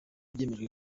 byemejwe